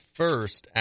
first